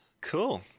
Cool